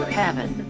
heaven